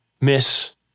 miss